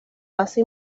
hace